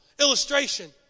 illustration